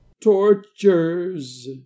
Tortures